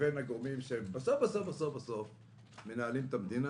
ובין הגורמים שבסוף בסוף מנהלים את המדינה,